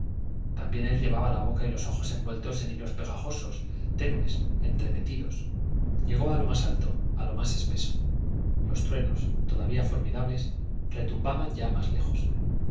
también él llevaba la boca y los ojos envueltos en hilos pegajosos tenues entremetidos llegó a lo más alto a lo más espeso los truenos todavía formidables retumbaban ya más lejos